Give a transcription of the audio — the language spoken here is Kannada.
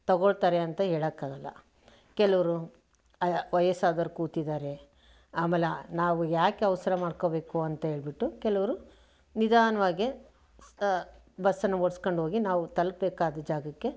ತಗೋಳ್ತಾರೆ ಅಂತ ಹೇಳೋಕ್ಕಾಗಲ್ಲ ಕೆಲವರು ವಯಸ್ಸಾದೋರು ಕೂತಿದ್ದಾರೆ ಆಮೇಲೆ ಆ ನಾವು ಯಾಕೆ ಅವಸರ ಮಾಡ್ಕೋಬೇಕು ಅಂಥೇಳ್ಬಿಟ್ಟು ಕೆಲವರು ನಿಧಾನವಾಗೇ ಸ್ ಬಸ್ಸನ್ನು ಓಡಿಸ್ಕೊಂಡೋಗಿ ನಾವು ತಲುಪಬೇಕಾದ ಜಾಗಕ್ಕೆ